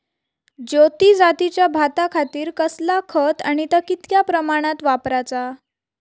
ज्योती जातीच्या भाताखातीर कसला खत आणि ता कितक्या प्रमाणात वापराचा?